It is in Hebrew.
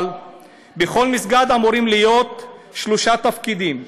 אבל בכל מסגד אמורים להיות שלושה תפקידים: